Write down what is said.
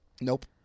Nope